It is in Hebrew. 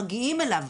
מגיעים אליו,